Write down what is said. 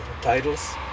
titles